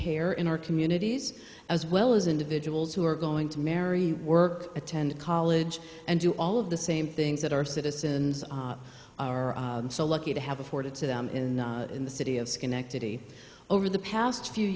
care in our communities as well as individuals who are going to marry work attend college and do all of the same things that our citizens are so lucky to have afforded to them in the in the city of schenectady over the past few